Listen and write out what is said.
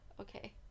okay